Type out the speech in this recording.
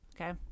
Okay